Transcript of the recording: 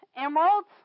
emeralds